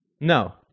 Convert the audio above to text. No